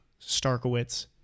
Starkowitz